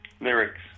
lyrics